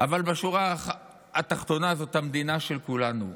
אבל בשורה התחתונה זאת המדינה של כולנו.